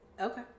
Okay